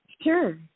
Sure